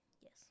Yes